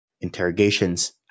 Interrogations